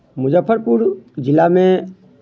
मुजफ्फरपुर जिलामे